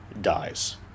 dies